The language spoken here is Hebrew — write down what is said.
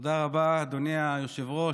תודה רבה, אדוני היושב-ראש.